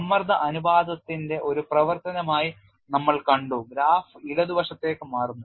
സമ്മർദ്ദ അനുപാതത്തിന്റെ ഒരു പ്രവർത്തനമായി നമ്മൾ കണ്ടു ഗ്രാഫ് ഇടതുവശത്തേക്ക് മാറുന്നു